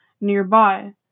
nearby